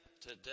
today